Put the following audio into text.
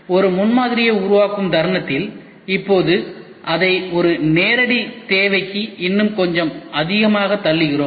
ஒரு முன்மாதிரியை உருவாக்கும் தருணத்தில் இப்போது அதை ஒரு நேரடி தேவைக்கு இன்னும் கொஞ்சம் அதிகமாகத் தள்ளுகிறோம்